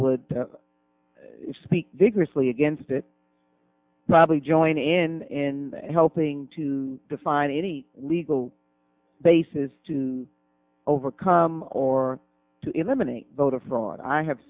would speak vigorously against it probably join in helping to define any legal basis to overcome or to eliminate voter fraud i have